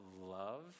love